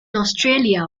australia